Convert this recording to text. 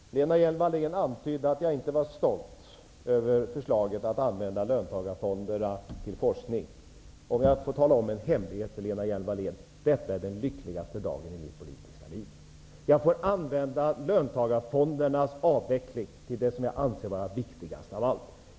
Herr talman! Lena Hjelm-Wallén antyder att jag inte var stolt över förslaget att använda löntagarfonderna till forskning. Om jag får tala om en hemlighet för Lena Hjelm-Wallén: Detta är den lyckligaste dagen i mitt politiska liv. Jag får använda löntagarfondernas avveckling till det som jag anser vara viktigast av allt.